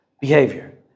behavior